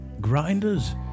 grinders